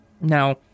Now